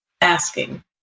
asking